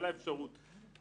של המנהל שמעררים אליו,